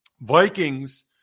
vikings